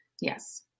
Yes